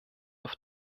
auf